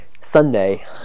Sunday